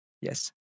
Yes